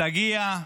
תגיע,